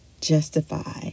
justify